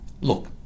Look